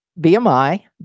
BMI